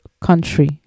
country